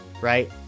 Right